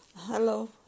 Hello